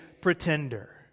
pretender